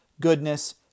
goodness